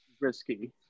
Risky